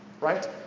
right